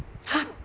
!huh!